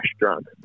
drunk